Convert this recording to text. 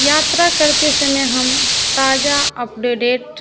यात्रा करते समय हम ताज़ा अपडेडेट